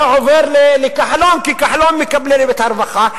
זה עובר לכחלון כי כחלון מקבל את הרווחה.